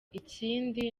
ikindi